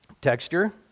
texture